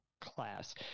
class